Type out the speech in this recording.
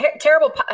terrible